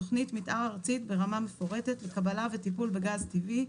תוכנית מיתאר ארצית ברמה מפורטת לקבלה וטיפול בגז טבעי,